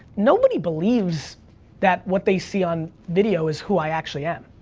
nobody believes that what they see on video is who i actually am.